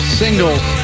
singles